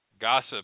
Gossip